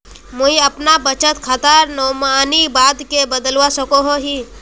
मुई अपना बचत खातार नोमानी बाद के बदलवा सकोहो ही?